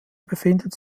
befindet